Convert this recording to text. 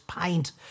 paint